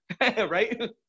Right